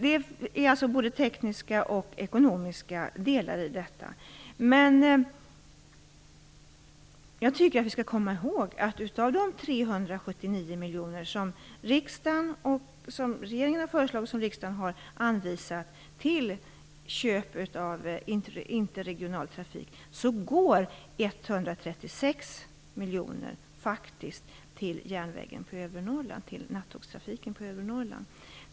Det finns alltså både tekniska och ekonomiska aspekter här. Vi skall komma ihåg att av de 379 miljoner som regeringen har föreslagit och som riksdagen har anvisat till köp av interregional trafik går 136 miljoner faktiskt till järnvägen på övre Norrland, till nattågstrafiken på övre Norrland.